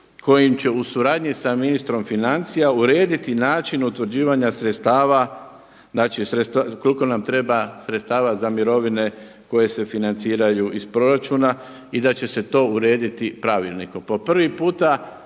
kojim će u suradnji sa ministrom financija urediti način utvrđivanja sredstava koliko nam treba sredstava za mirovine koje se financiraju iz proračuna i da će se to urediti pravilnikom.